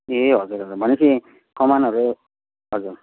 ए हजुर हजुर भनेपछि कमानहरू हजुर